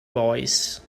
boys